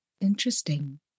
Interesting